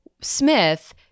Smith